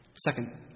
Second